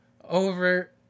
over